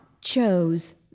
chose